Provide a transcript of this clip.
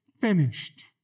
finished